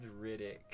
Riddick